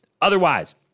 Otherwise